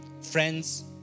friends